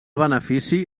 benefici